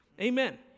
Amen